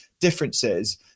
differences